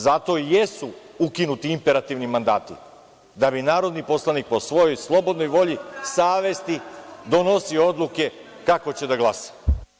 Zato i jesu ukinuti imperativni mandati, da bi narodni poslanik po svojoj slobodnoj volji savesti donosio odluke kako će da glasa.